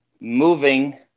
moving